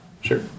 Sure